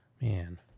Man